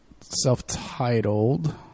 self-titled